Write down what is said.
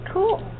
Cool